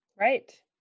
Right